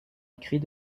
écrit